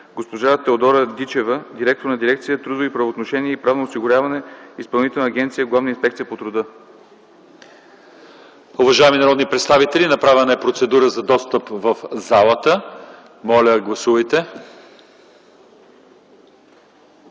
госпожа Теодора Дичева – директор на дирекция „Трудови правоотношения и правно осигуряване” в Изпълнителна агенция „Главна инспекция по труда”. ПРЕДСЕДАТЕЛ ЛЪЧЕЗАР ИВАНОВ: Уважаеми народни представители, направена е процедура за достъп в залата. Моля, гласувайте.